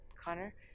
Connor